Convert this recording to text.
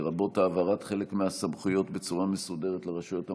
לרבות העברת חלק מהסמכויות בצורה מסודרת לרשויות המקומיות,